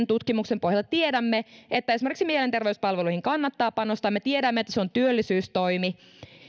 tutkimuksen pohjalta tiedämme että esimerkiksi mielenterveyspalveluihin kannattaa panostaa me tiedämme että se on työllisyystoimi